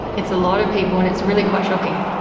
it's a lot of people and it's really quite shocking.